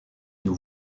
nous